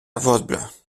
vosbles